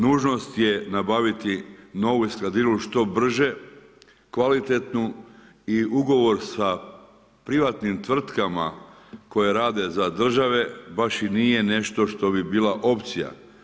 Nužnost je nabaviti novu eskadrilu što brže, kvalitetnu i ugovor sa privatnim tvrtkama koje rade za države, baš i nije nešto što bi bila opcija.